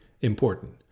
important